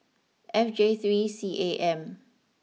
F J three C A M